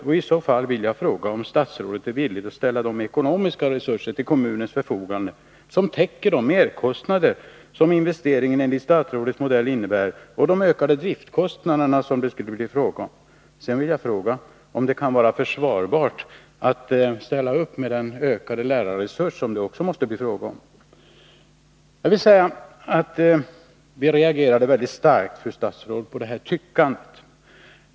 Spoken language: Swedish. Är statsrådet i så fall villig att ställa ekonomiska resurser till kommunens förfogande som täcker de merkostnader som investeringen enligt statsrådets modell innebär och de ökade driftkostnader som det skulle bli fråga om? Och kan det vara försvarbart att ställa upp med den ökade lärarresurs som det också måste bli fråga om? Vi reagerade väldigt starkt mot statsrådets tyckande.